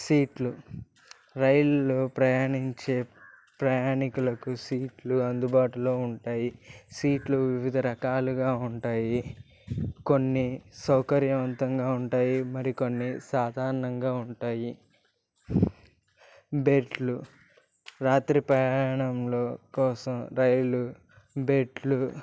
సీట్లు రైల్లో ప్రయాణించే ప్రయాణికులకు సీట్లు అందుబాటులో ఉంటాయి సీట్లు వివిధ రకాలుగా ఉంటాయి కొన్ని సౌకర్యవంతంగా ఉంటాయి మరికొన్ని సాధారణంగా ఉంటాయి బెర్త్లు రాత్రి ప్రయాణంలో కోసం రైలు బెర్త్లు